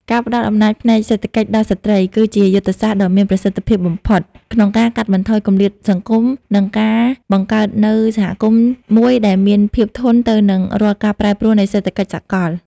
ការផ្ដល់អំណាចផ្នែកសេដ្ឋកិច្ចដល់ស្ត្រី គឺជាយុទ្ធសាស្ត្រដ៏មានប្រសិទ្ធភាពបំផុតក្នុងការកាត់បន្ថយគម្លាតសង្គម និងការបង្កើតនូវសហគមន៍មួយដែលមានភាពធន់ទៅនឹងរាល់ការប្រែប្រួលនៃសេដ្ឋកិច្ចសកល។